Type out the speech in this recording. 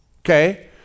Okay